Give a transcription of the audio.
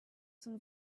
some